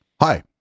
Hi